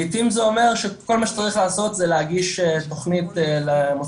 לעיתים זה אומר שכל מה שצריך לעשות זה להגיש תכנית למוסדות